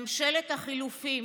ממשלת החילופים,